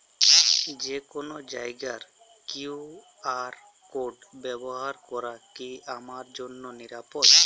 যে কোনো জায়গার কিউ.আর কোড ব্যবহার করা কি আমার জন্য নিরাপদ?